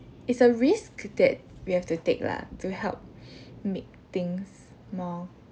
is a risk that we have to take lah to help make things more